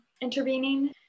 intervening